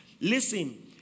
Listen